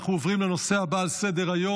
אנחנו עוברים לנושא הבא על סדר-היום: